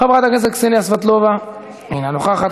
חבר הכנסת יהודה גליק, אינו נוכח.